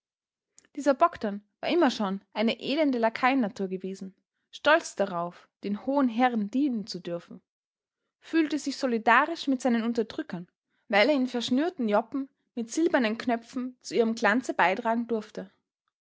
dieser bogdn war immer schon eine elende lakaiennatur gewesen stolz darauf den hohen herren dienen zu dürfen fühlte sich solidarisch mit seinen unterdrückern weil er in verschnürten joppen mit silbernen knöpfen zu ihrem glanze beitragen durfte